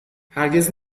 هرگز